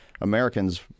Americans